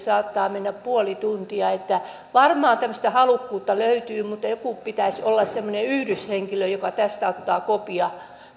saattaa mennä puoli tuntia varmaan tämmöistä halukkuutta löytyy mutta jonkun pitäisi olla semmoinen yhdyshenkilö joka tästä ottaa kopin